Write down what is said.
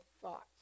thoughts